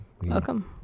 Welcome